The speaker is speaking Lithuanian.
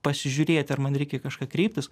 pasižiūrėti ar man reikia į kažką kreiptis